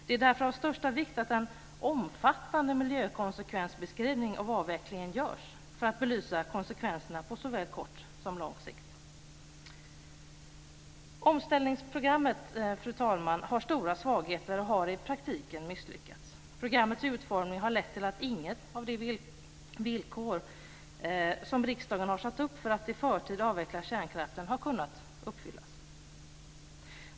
Det är därför av största vikt att en omfattande miljökonsekvensbeskrivning av avvecklingen görs för att belysa konsekvenserna på såväl kort som lång sikt. Fru talman! Omställningsprogrammet har stora svagheter och har i praktiken misslyckats. Programmets utformning har lett till att inget av de villkor som riksdagen har satt upp för att i förtid avveckla kärnkraften har kunnat uppfyllas.